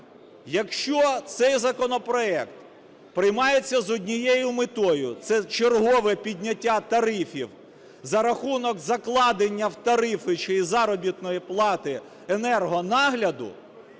Якщо цей законопроект приймається з однією метою - це чергове підняття тарифів за рахунок закладення в тарифи ще й заробітної плати енергонагляду,